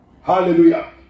Hallelujah